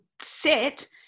set